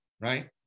right